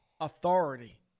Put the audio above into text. authority